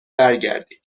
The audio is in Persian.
برگردید